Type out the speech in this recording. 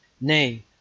Nay